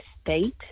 state